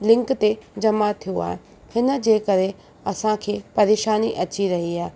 link ते जमा थियो आहे हिन जे करे असांखे परेशानी अची रही आहे